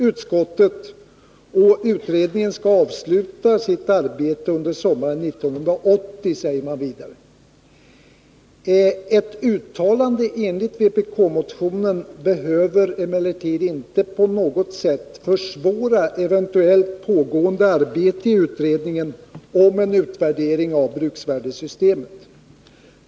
Utredningen skall avsluta sitt arbete under sommaren 1981, säger utskottet. Ett uttalande i enlighet med vpk-motionen behöver emellertid inte på något sätt försvåra eventuellt pågående arbete i utredningen om en utvärdering av bruksvärdesystemet.